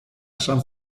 san